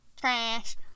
Trash